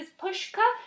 Pushka